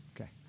Okay